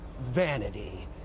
Vanity